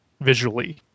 visually